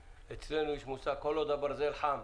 אצלנו יש מושג האומר שכל עוד הברזל חם,